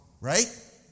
right